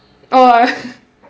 oh